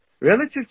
Relative